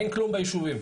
אין כלום ביישובים.